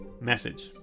Message